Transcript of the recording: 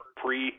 pre